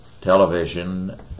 television